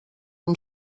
amb